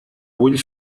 vull